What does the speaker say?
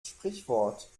sprichwort